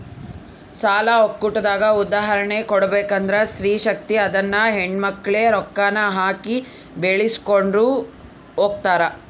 ಸಾಲ ಒಕ್ಕೂಟದ ಉದಾಹರ್ಣೆ ಕೊಡ್ಬಕಂದ್ರ ಸ್ತ್ರೀ ಶಕ್ತಿ ಅದುನ್ನ ಹೆಣ್ಮಕ್ಳೇ ರೊಕ್ಕಾನ ಹಾಕಿ ಬೆಳಿಸ್ಕೊಂಡು ಹೊಗ್ತಾರ